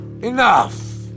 enough